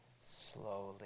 slowly